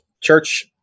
church